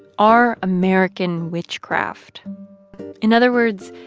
our american witchcraft in other words,